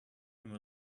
him